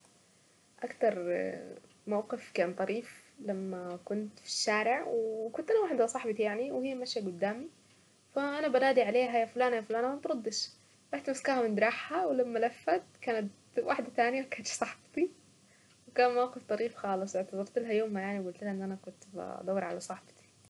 اكتر اه موقف كان طريف لما كنت في الشارع وكنت انا واحدة وصاحبتي يعني وهي ماشية قدامي فانا بنادي عليها يا فلانة يا فلانة ما بتردش ، روحت ماسكاها من دراعها ولما لفت كانت واحدة ثانية مش صاحبتي وكان موقف طريف خالص اعتذرتلها يومها يعني وقلت لها ان انا كنت بدور على واحدة صحبتي.